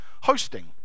hosting